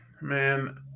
Man